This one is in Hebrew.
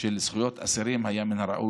של אסירים, והיה מן הראוי